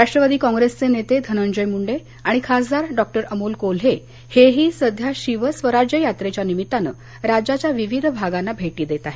राष्ट्रवादी कॉंग्रेसचे नेते धनंजय मूंडे आणि खासदार डॉ अमोल कोल्हे हेही सध्या शिवस्वराज्य यात्रेच्या निमित्तानं राज्याच्या विविध भागाला भेटी देत आहेत